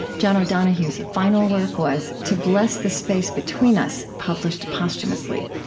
john o'donohue's final work was to bless the space between us, published posthumously.